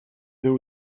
there